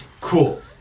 Cool